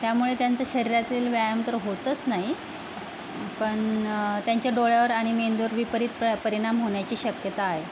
त्यामुळे त्यांचा शरीरातील व्यायाम तर होतस नाही पण त्यांच्या डोळ्यावर आणि मेंदूवर विपरीत प परिणाम होण्याची शक्यता आहे